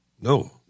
No